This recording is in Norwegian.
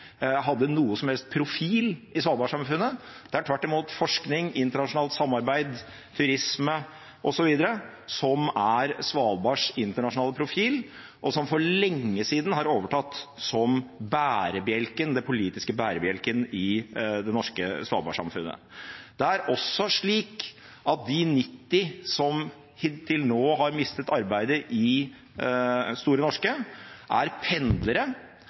hadde noen som helst profil i svalbardsamfunnet. Det er tvert imot forskning, internasjonalt samarbeid, turisme osv. som er Svalbards internasjonale profil, og som for lenge siden har overtatt som bærebjelken, den politiske bærebjelken, i det norske svalbardsamfunnet. Det er også slik at de 90 som til nå har mistet arbeidet i Store Norske, er pendlere,